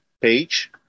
page